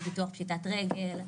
לביטוח פשיטת רגל,